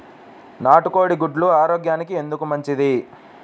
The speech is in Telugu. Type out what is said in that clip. నాటు కోడి గుడ్లు ఆరోగ్యానికి ఎందుకు మంచిది?